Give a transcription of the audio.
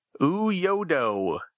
Uyodo